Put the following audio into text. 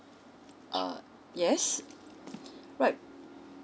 uh yes right